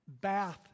bath